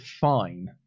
fine